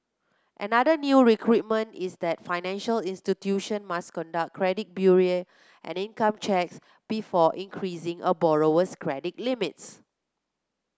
another new requirement is that financial institution must conduct credit bureau and income checks before increasing a borrower was credit limits